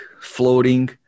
floating